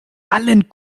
allen